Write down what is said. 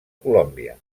colòmbia